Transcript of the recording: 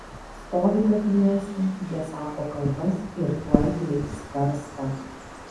stovi kapinėse jie sako kalbas ir tuoj leis karstą